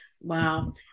Wow